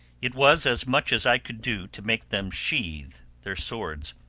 it was as much as i could do to make them sheath their swords,